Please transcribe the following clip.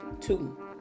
Two